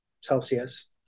Celsius